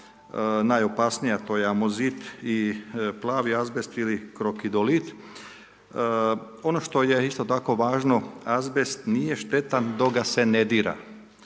najopasnija, to je amozit i plavi azbest ili krokidolit. Ono što je isto tako važno, azbest nije štetan dok ga se ne dira.